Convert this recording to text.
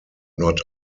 not